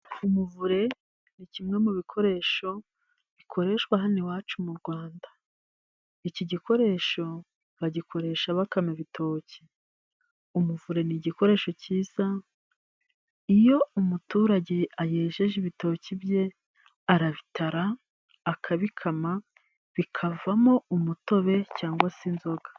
Umuvure ni kimwe mu bikoresho bikoreshwa hano iwacu mu Rwanda iki gikoresho bagikoresha bakama ibitoki, umuvure ni igikoresho cyiza iyo umuturage yejeje ibitoki bye arabitara akabikama bikavamo umutobe cyangwa se inzoga.